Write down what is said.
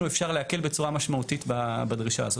אפשר להקל בצורה משמעותית בדרישה הזאת.